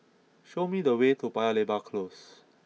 show me the way to Paya Lebar close